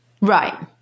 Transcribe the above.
Right